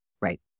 right